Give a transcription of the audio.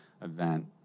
event